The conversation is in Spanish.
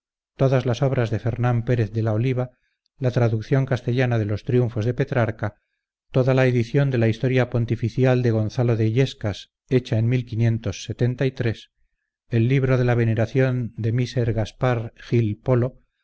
todas las obras de fernán pérez de la oliva la traducción castellana de los triunfos de petrarca toda la edición de la historia pontificial de gonzalo de illescas hecha en el libro de la veneración de miser gaspar gil polo